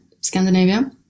Scandinavia